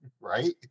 right